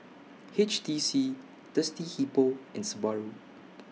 H T C Thirsty Hippo and Subaru